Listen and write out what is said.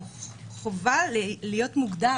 הוא חובה להיות מוגדר